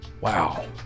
wow